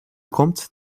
kommt